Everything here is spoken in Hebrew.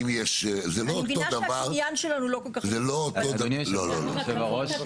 אדוני, יושב הראש.